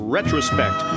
Retrospect